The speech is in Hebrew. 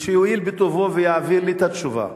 שיואיל בטובו ויעביר לי את התשובה.